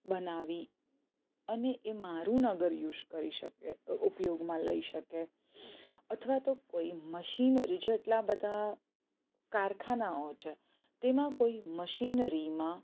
બનાવી અને એ મારું નગર યુસ કરી શકે ઉપયોગમાં લઈ શકે અથવા તો કોઈ મશીનરી જેટલા બધા કારખાનાઓ છે તેમાં કોઈ મશીનરીમાં